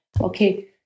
okay